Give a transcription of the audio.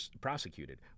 prosecuted